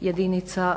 jedinica